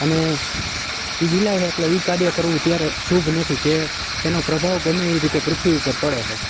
અને એ ઝીલાય છે એટલે એ કાર્ય કરવું ત્યારે શુભ નથી કે એનો પ્રભાવ ગમે એ રીતે પૃથ્વી ઉપર પડે છે